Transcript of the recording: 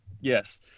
Yes